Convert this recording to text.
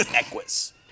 Equus